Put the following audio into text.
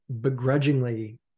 begrudgingly